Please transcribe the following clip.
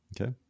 Okay